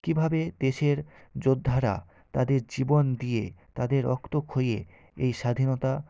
কীভাবে দেশের যোদ্ধারা তাদের জীবন দিয়ে তাদের রক্ত খুইয়ে এই স্বাধীনতা